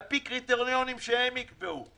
לפי קריטריונים שהם יקבעו.